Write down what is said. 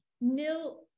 Nil